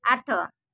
ଆଠ